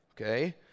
okay